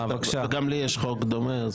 גם לי יש חוק דומה.